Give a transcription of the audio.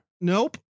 nope